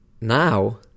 now